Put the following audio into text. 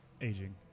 aging